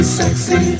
sexy